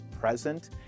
present